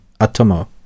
Atomo